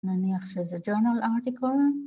‫נניח שזה journal article